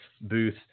Booth